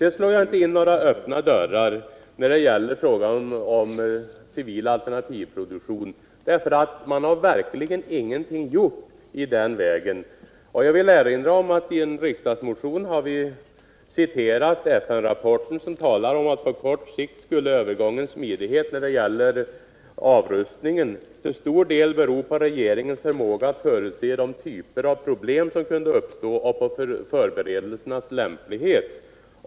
Sedan slår jag inte in några öppna dörrar när det gäller civil alternativpro-. duktion, för man har verkligen ingenting gjort i den vägen. Jag vill erinra om att vi i en riksdagsmotion har citerat FN-rapporten som talar om att på kort sikt skulle övergångens smidighet i samband med avrustning till stor del bero på regeringarnas förmåga att förutse de typer av problem som kan uppstå och på förberedelsernas lämplighet.